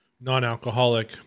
non-alcoholic